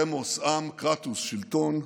דמוס, עם, קרטוס, שלטון.